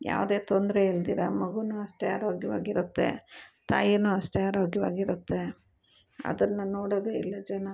ಯಾವುದೆ ತೊಂದರೆ ಇಲ್ದಿರ ಮಗು ಅಷ್ಟೆ ಆರೋಗ್ಯವಾಗಿರುತ್ತೆ ತಾಯಿನು ಅಷ್ಟೆ ಆರೋಗ್ಯವಾಗಿರುತ್ತೆ ಅದನ್ನು ನೋಡದೆ ಎಲ್ಲ ಜನ